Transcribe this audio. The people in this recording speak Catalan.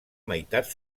meitat